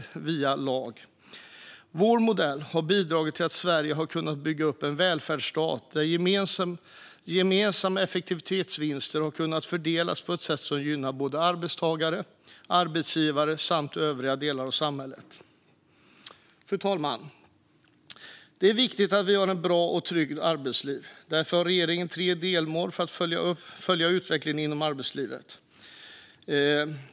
Sveriges modell har bidragit till att Sverige har kunnat bygga upp en välfärdsstat där gemensamma effektivitetsvinster har kunnat fördelas på ett sätt som gynnat både arbetstagare, arbetsgivare och övriga delar av samhället. Fru talman! Det är viktigt att vi har ett bra och tryggt arbetsliv. Därför har regeringen tre delmål för att följa utvecklingen inom arbetslivet.